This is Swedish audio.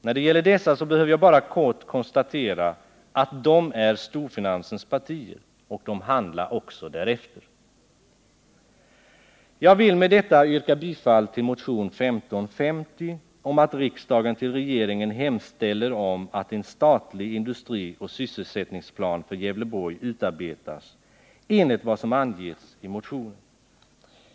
När det gäller dessa behöver jag bara kort konstatera att de representerar storfinansens partier, och de handlar också därefter. Jag vill med detta yrka bifall till motionen 1550 om att riksdagen hos regeringen hemställer att en statlig industrioch sysselsättningsplan för Gävleborg utarbetas i enlighet med vad som anges i motionen.